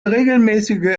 regelmäßige